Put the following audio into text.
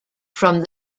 from